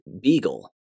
Beagle